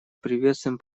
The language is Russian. приветствуем